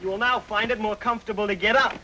you will now find it more comfortable to get up